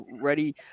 ready